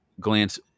glance